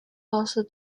also